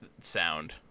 sound